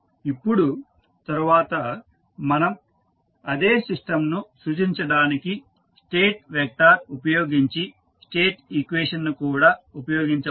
ఇప్పుడు తరువాత మనం అదే సిస్టంను సూచించడానికి స్టేట్ వెక్టార్ ఉపయోగించి స్టేట్ ఈక్వేషన్ ను కూడా ఉపయోగించవచ్చు